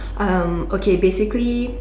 um okay basically